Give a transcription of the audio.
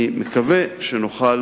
ואני מקווה שנוכל